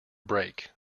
break